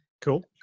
Cool